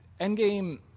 Endgame